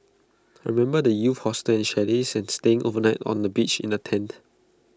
I remember the youth hostels chalets and staying overnight on the beach in A tent